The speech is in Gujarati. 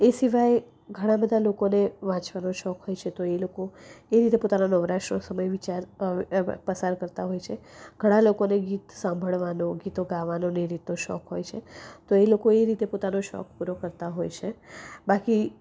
એ સિવાય ઘણા બધા લોકોને વાંચવાનો શોખ હોય છે તો એ લોકો એ રીતે પોતાનો નવરાશનો સમય વિચાર પસાર કરતા હોય છે ઘણા લોકોને ગીત સાંભળવાનું ગીતો ગાવાનું ને એ રીતનો શોખ હોય છે તો એ લોકો એ રીતે પોતાનો શોખ પૂરો કરતા હોય છે બાકી